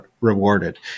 rewarded